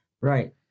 Right